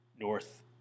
North